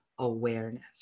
awareness